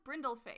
Brindleface